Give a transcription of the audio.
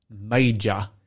major